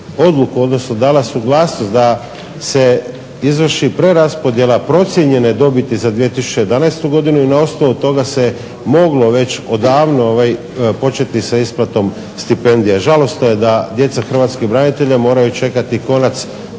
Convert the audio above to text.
odnosno dala suglasnost da se izvrši preraspodjela procijenjene dobiti za 2011. godinu i na osnovu toga se moglo već odavno početi sa isplatom stipendija. Žalosno je da djeca hrvatskih branitelja moraju čekati konac,